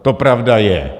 To pravda je.